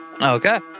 Okay